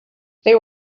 they